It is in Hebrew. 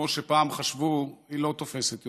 כמו שפעם חשבו, לא תופסת יותר.